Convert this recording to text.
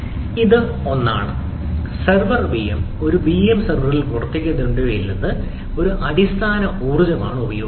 ഒന്ന് അതാണ് server VM ഒരു സെർവറിൽ പ്രവർത്തിക്കുന്നുണ്ടോ ഇല്ലയോ എന്നത് അത് ഒരു അടിസ്ഥാന ഊർജ്ജം ഉപയോഗിക്കും